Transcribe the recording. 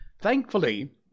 Thankfully